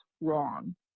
wrong